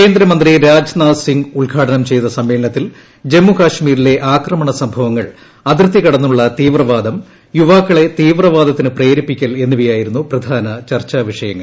കേന്ദ്രമന്ത്രി രാജ്നാഥ് സിങ് ഉദ്ഘാടനം ചെയ്ത സമ്മേളനത്തിൽ ജമ്മുകാശ്മീരിലെ ആക്ട്മണ സംഭവങ്ങൾ അതിർത്തി കടന്നുളള തീവ്രവാദം യുവാക്കളെ തീവ്രവാദത്തിനു പ്രേരിപ്പിക്കൽ എന്നിവയായിരുന്നു പ്രധാന ചർച്ചാ വിഷയങ്ങൾ